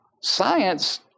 science